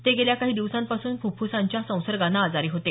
ते गेल्या काही दिवसांपासून फुफ्पुसांच्या संसर्गानं आजारी होते